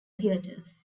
theaters